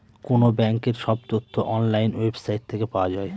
কোনো ব্যাঙ্কের সব তথ্য অনলাইন ওয়েবসাইট থেকে পাওয়া যায়